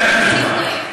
אתה מדבר על הילדים של,